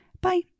Bye